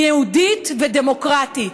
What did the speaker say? היא יהודית ודמוקרטית.